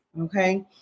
Okay